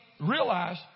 realize